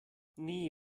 nee